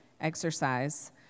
exercise